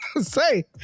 say